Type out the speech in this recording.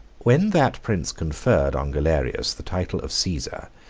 when that prince conferred on galerius the title of caesar,